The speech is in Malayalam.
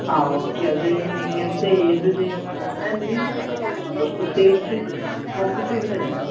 ആ ഓക്കെ അത് എങ്ങനെത്തെ ഏത് ദൈവങ്ങളുടെ അങ്ങനെയെന്തെങ്കിലും നിങ്ങൾ നോക്കുന്നുണ്ടോ പ്രത്യേകിച്ച് ഫോക്കസ്സ് ചെയ്ത് വരുന്നയാണോ